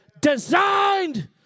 designed